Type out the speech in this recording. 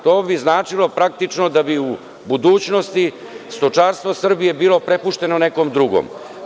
To bi značilo praktično da bi mu budućnosti, stočarstvo Srbije bilo prepušteno nekom drugom.